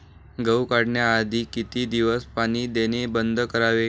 गहू काढण्याआधी किती दिवस पाणी देणे बंद करावे?